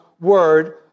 Word